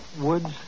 Woods